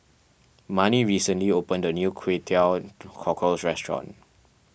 Marnie recently opened a new Kway Teow Cockles restaurant